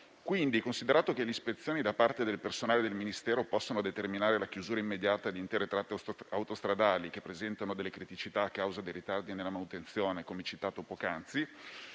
Quindi, considerato che le ispezioni da parte del personale del Ministero possono determinare la chiusura immediata di intere tratte autostradali che presentano criticità a causa di ritardi nella manutenzione - come citato poc'anzi